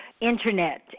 internet